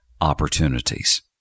opportunities